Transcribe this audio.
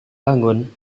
bangun